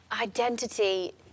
identity